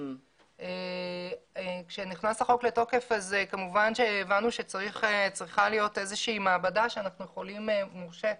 כשנכנס החוק לתוקף הבנו שצריכה להיות מעבדה מורשית